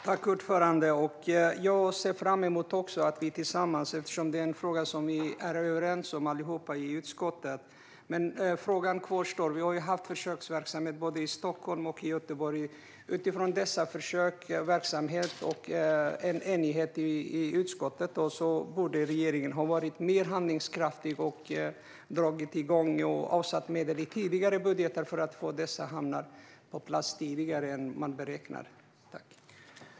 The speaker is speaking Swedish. Herr talman! Jag ser också fram emot att vi gör det tillsammans, eftersom det är en fråga som alla i utskottet är överens om. Men frågan kvarstår. Vi har haft försöksverksamhet i både Stockholm och Göteborg. Utifrån dessa försök och med tanke på enigheten i utskottet borde regeringen ha varit mer handlingskraftig, dragit igång och avsatt medel i tidigare budgetar för att få det på plats tidigare i dessa hamnar än man nu beräknar.